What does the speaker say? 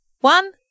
One